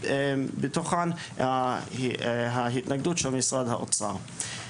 מתוכן ההתנגדות של משרד האוצר.